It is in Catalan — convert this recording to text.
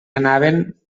anaven